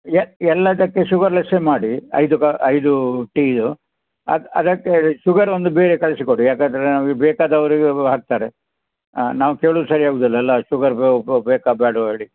ಯ ಎಲ್ಲದಕ್ಕೆ ಶುಗರ್ಲೆಸ್ಸೇ ಮಾಡಿ ಐದು ಕ ಐದು ಟೀದು ಅದು ಅದಕ್ಕೆ ಶುಗರ್ ಒಂದು ಬೇರೆ ಕಳಿಸಿ ಕೊಡಿ ಏಕಂದ್ರೆ ನಮಗೆ ಬೇಕಾದವರಿಗೆ ಹಾಕ್ತಾರೆ ನಾವು ಕೇಳೋದ್ ಸರಿ ಆಗುವುದಿಲ್ಲಲ್ಲ ಶುಗರ್ ಬೇಕಾ ಬೇಡ್ವಾ ಹೇಳಿ